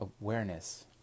awareness